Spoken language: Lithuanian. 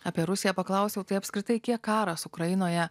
apie rusiją paklausiau tai apskritai kiek karas ukrainoje